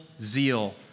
zeal